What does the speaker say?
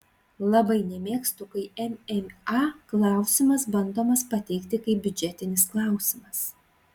labai nemėgstu kai mma klausimas bandomas pateikti kaip biudžetinis klausimas